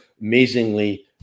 amazingly